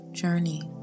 journey